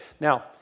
Now